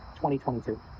2022